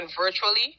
virtually